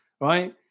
Right